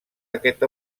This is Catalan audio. aquest